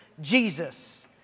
Jesus